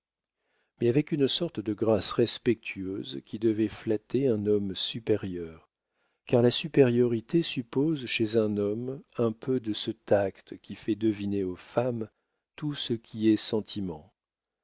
mais avec une sorte de grâce respectueuse qui devait flatter un homme supérieur car la supériorité suppose chez un homme un peu de ce tact qui fait deviner aux femmes tout ce qui est sentiment